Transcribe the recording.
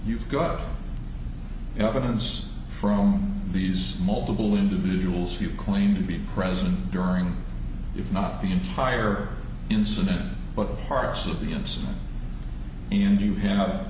you've got evidence from these multiple individuals you claim to be present during if not the entire incident but parts of the incident and you have